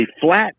flat